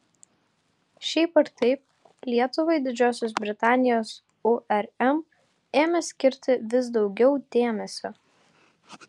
šiaip ar taip lietuvai didžiosios britanijos urm ėmė skirti vis daugiau dėmesio